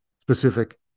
specific